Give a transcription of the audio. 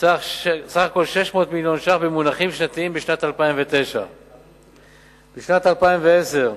סך הכול 600 מיליון שקל במונחים שנתיים בשנת 2009. בשנת 2010,